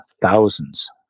thousands